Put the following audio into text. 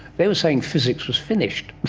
they were saying physics was finished.